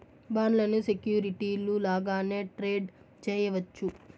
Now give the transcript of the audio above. బాండ్లను సెక్యూరిటీలు లాగానే ట్రేడ్ చేయవచ్చు